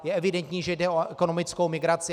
Je evidentní, že jde o ekonomickou migraci.